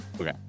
okay